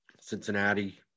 Cincinnati